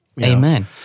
Amen